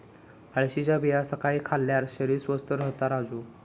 अळशीच्या बिया सकाळी खाल्ल्यार शरीर स्वस्थ रव्हता राजू